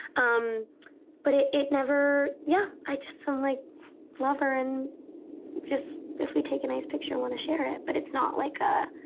um but it it never. yeah. i just like love her. and just if we take a nice picture, i want to share it. but it's not like a